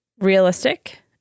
realistic